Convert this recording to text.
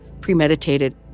premeditated